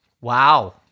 Wow